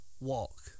walk